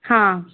हाँ